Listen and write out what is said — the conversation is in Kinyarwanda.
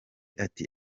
ati